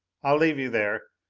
i'll leave you there.